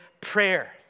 prayer